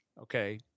okay